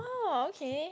oh okay